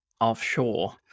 offshore